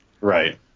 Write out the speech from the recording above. Right